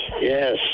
yes